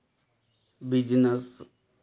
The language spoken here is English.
business